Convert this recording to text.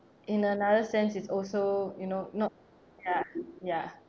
in another sense it's also you know not ya ya